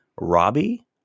Robbie